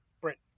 Britain